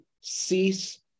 cease